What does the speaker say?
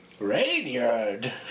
Rainyard